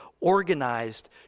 organized